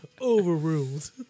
Overruled